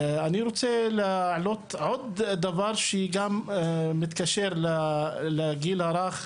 אני רוצה להעלות עוד דבר שהוא גם מתקשר לגיל הרך,